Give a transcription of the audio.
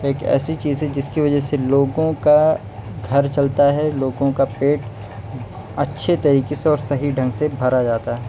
ایک ایسی چیز ہے جس کی وجہ سے لوگوں کا گھر چلتا ہے لوگوں کا پیٹ اچھے طریقے سے اور صحیح ڈھنگ سے بھرا جاتا ہے